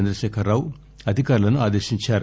చంద్రశేఖర్ రావు అధికారులను ఆదేశించారు